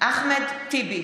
אחמד טיבי,